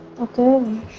okay